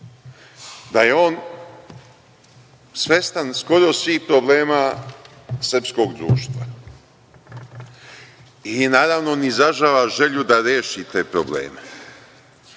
da je on svestan skoro svih problema srpskog društva i, naravno, od izražava želju da reši te probleme,